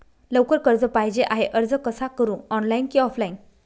लवकर कर्ज पाहिजे आहे अर्ज कसा करु ऑनलाइन कि ऑफलाइन?